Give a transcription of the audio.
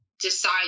decide